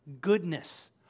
goodness